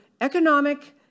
economic